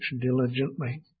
diligently